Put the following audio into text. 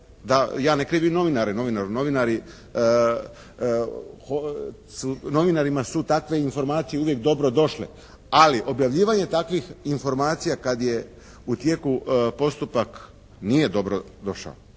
ja ne krivim novinare, novinarima su takve informacije uvijek dobro došle. Ali objavljivanje takvih informacija kad je u tijeku postupak nije dobro došao.